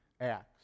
acts